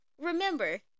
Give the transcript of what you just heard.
Remember